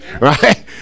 right